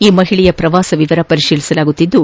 ಈ ಮಹಿಳೆಯ ಪ್ರವಾಸ ವಿವರ ಪರಿಶೀಲಿಸಲಾಗುತ್ತಿದ್ದು